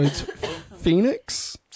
Phoenix